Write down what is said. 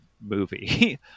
movie